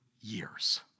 years